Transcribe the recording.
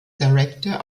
director